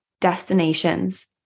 destinations